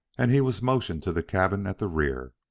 and he was motioned to the cabin at the rear.